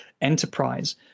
enterprise